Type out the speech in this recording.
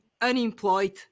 unemployed